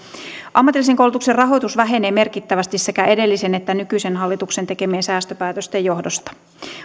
ammatillisen koulutuksen rahoitus vähenee merkittävästi sekä edellisen että nykyisen hallituksen tekemien säästöpäätösten johdosta